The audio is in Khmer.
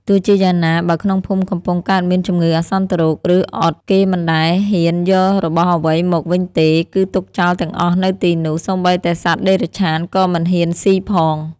ទោះជាយ៉ាងណា បើក្នុងភូមិកំពុងកើតមានជំងឺអាសន្នរោគ ឬអុត គេមិនដែលហ៊ានយករបស់អ្វីមកវិញទេ គឺទុកចោលទាំងអស់នៅទីនោះ សូម្បីតែសត្វតិរច្ឆានក៏មិនហ៊ានស៊ីផង។